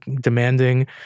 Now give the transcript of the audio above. demanding